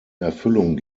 erfüllung